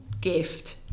gift